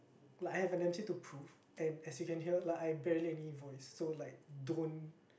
like I have an M_C to prove and as you can hear like I barely any voice so like don't